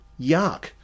Yuck